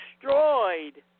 destroyed